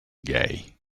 gay